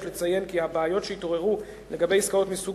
יש לציין כי הבעיות שהתעוררו לגבי עסקאות מסוג